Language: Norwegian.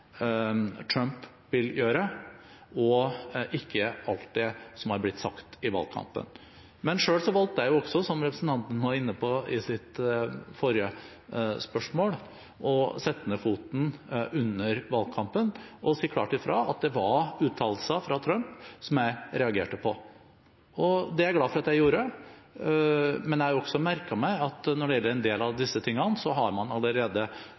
Trump vil gjøre, og ikke alt det som har blitt sagt i valgkampen. Men selv valgte jeg – som representanten Lysbakken var inne på i sitt forrige spørsmål – å sette ned foten under valgkampen og si klart ifra om at det var uttalelser fra Trump som jeg reagerte på. Det er jeg glad for at jeg gjorde, men jeg har også merket meg at når det gjelder en del av disse tingene, har man allerede